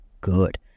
good